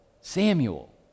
Samuel